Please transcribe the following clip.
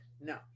No